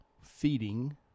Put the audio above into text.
feeding